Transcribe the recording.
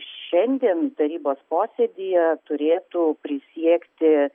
šiandien tarybos posėdyje turėtų prisiekti